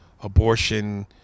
abortion